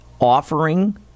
offering